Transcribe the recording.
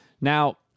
Now